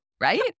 Right